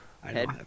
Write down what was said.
head